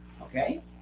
Okay